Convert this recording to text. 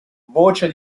voce